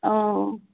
অঁ